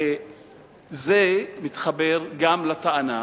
וזה מתחבר גם לטענה,